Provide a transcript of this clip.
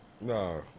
No